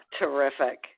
terrific